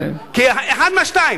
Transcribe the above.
כי אחת מהשתיים,